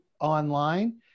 online